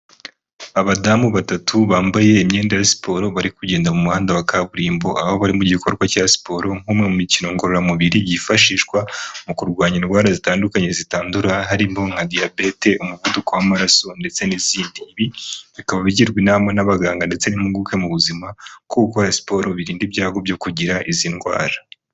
Abadamu batatu bambaye imyenda ya siporo, bari kugenda mu muhanda wa kaburimbo, aho bari mu gikorwa cya siporo nk'umwe mu mikino ngororamubiri yifashishwa mu kurwanya indwara zitandukanye zitandura, harimo nka diyabete, umuvuduko w'amaraso ndetse n'izindi. Ibi bikaba bigirwa inama n'abaganga ndetse n'impuguke mu buzima ko gukora siporo birinda ibyago byo kugira izi ndwara.